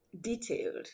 detailed